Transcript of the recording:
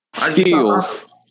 Skills